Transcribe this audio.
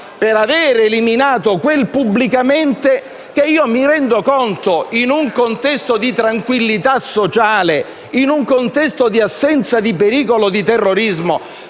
per aver eliminato quel "pubblicamente" che io mi rendo conto, in un contesto di tranquillità sociale, in un contesto di assenza di pericolo di terrorismo,